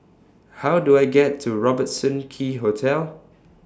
How Do I get to Robertson Quay Hotel